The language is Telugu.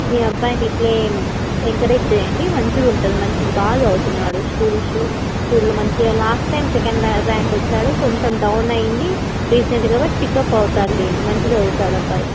మీ అబ్బాయిని ఇలాగె ఎంకరేజ్ చెయ్యండి మంచిగా ఉంటుంది మంచిది బాగా చదువుతున్నాడు స్కూల్స్లో స్కూల్లో మంచిగా లాస్ట్ టైమ్ సెకండ్ ర్యాంక్ వచ్చాడు కొంచెం డౌన్ అయ్యింది రీసెంట్గా బట్ పికప్ అవుతాడు లేండి మంచిగా చదువుతాడు అబ్బాయి